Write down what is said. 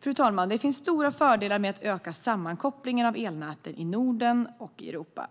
Fru talman! Det finns stora fördelar med att öka sammankopplingen av elnäten i Norden och i Europa.